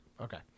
Okay